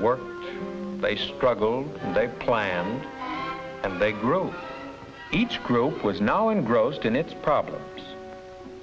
work they struggled to plan and they grew each group was now engrossed in its problems